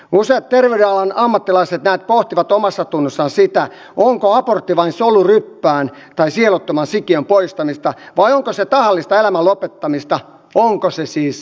useat terveydenhuollon ammattilaiset näet pohtivat omassatunnossaan sitä onko abortti vain soluryppään tai sieluttoman sikiön poistamista vai onko se tahallista elämän lopettamista onko se siis murha